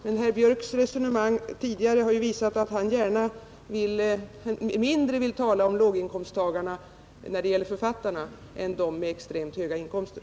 Men herr Björk har ju tidigare visat att han mindre gärna vill tala om låginkomsttagarna bland författarna än om dem som har extremt höga inkomster.